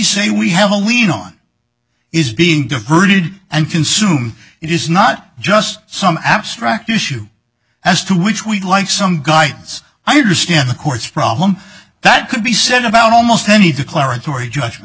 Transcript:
say we have a lien on is being diverted and consume it is not just some abstract issue as to which we like some guidance i understand the court's problem that could be said about almost any declaratory judgment